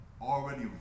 already